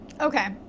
Okay